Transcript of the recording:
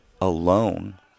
alone